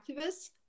activists